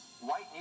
White